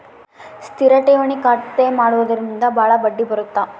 ಸ್ಥಿರ ಠೇವಣಿ ಖಾತೆ ಮಾಡುವುದರಿಂದ ಬಾಳ ಬಡ್ಡಿ ಬರುತ್ತ